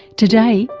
today,